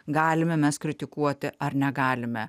galime mes kritikuoti ar negalime